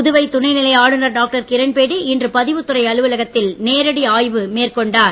புதுவை துணைநிலை ஆளுநர் டாக்டர் கிரண்பேடி இன்று பதிவுத்துறை அலுவலகத்தில் நேரடி ஆய்வு மேற்கொண்டார்